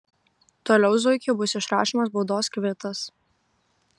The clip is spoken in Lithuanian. toliau zuikiui bus išrašomas baudos kvitas